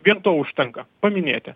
vien to užtenka paminėti